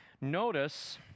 Notice